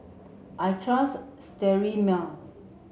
I trust Sterimar